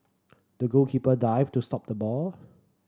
the goalkeeper dived to stop the ball